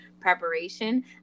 preparation